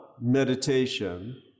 meditation